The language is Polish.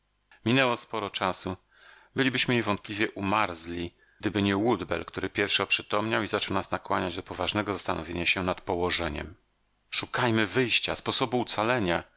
minęło sporo czasu bylibyśmy niewątpliwie umarzli gdyby nie woodbell który pierwszy oprzytomniał i zaczął nas nakłaniać do poważnego zastanowienia się nad położeniem szukajmy wyjścia sposobu ocalenia